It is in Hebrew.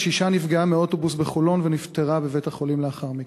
קשישה נפגעה מאוטובוס בחולון ונפטרה בבית-החולים לאחר מכן.